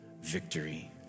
victory